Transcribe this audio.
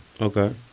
Okay